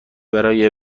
برای